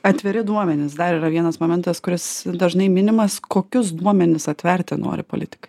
atviri duomenys dar yra vienas momentas kuris dažnai minimas kokius duomenis atverti nori politikai